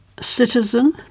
Citizen